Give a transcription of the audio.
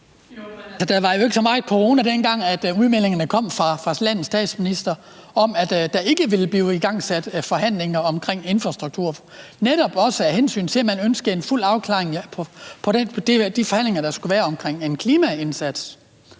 der var jo ikke så meget corona, dengang udmeldingerne fra landets statsminister kom om, at der ikke ville blive igangsat forhandlinger om infrastruktur, netop også af hensyn til, at man ønskede en fuld afklaring af de forhandlinger, der skulle være om en klimaindsats.